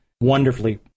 wonderfully